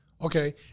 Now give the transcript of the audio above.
Okay